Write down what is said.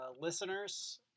listeners